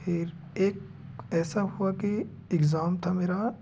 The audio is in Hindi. फिर एक ऐसा हुआ कि एग्जाम था मेरा